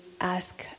ask